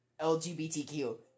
LGBTQ